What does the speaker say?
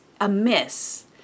amiss